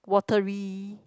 watery